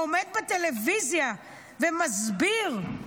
עומד בטלוויזיה ומסביר,